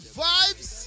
vibes